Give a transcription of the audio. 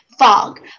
fog